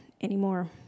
anymore